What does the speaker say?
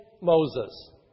Moses